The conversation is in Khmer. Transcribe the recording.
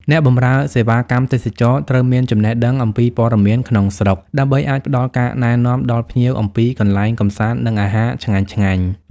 អ្នកបម្រើសេវាកម្មទេសចរណ៍ត្រូវមានចំណេះដឹងអំពីព័ត៌មានក្នុងស្រុក ដើម្បីអាចផ្តល់ការណែនាំដល់ភ្ញៀវអំពីកន្លែងកម្សាន្ត និងអាហារឆ្ងាញ់ៗ។